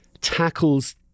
tackles